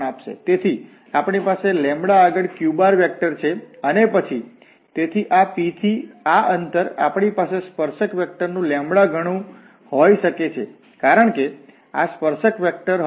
તેથી આપણી પાસે આગળ q વેક્ટરછે અને તે પછી તેથી આ P થી આ અંતર આપણી પાસે સ્પર્શક વેક્ટર નુ λ ગણુ હોઈ શકે છે કારણ કે આ સ્પર્શક વેક્ટર હતો